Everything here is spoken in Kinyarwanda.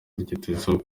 ryitezweho